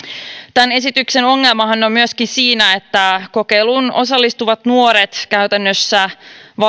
tämän esityksen ongelmahan on myöskin siinä että kokeiluun osallistuvat nuoret käytännössä